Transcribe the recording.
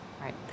Right